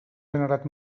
generat